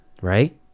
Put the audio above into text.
right